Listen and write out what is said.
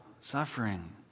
suffering